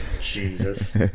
Jesus